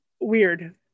weird